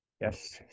Yes